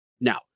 Now